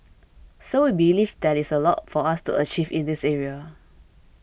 so we believe there is a lot for us to achieve in this area